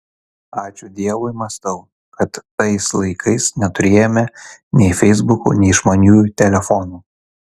ačiū dievui mąstau kad tais laikais neturėjome nei feisbukų nei išmaniųjų telefonų